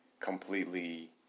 completely